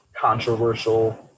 controversial